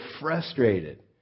frustrated